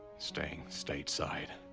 staying stateside.